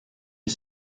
est